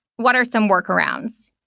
what are some workarounds?